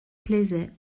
plaisaient